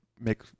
make